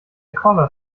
collar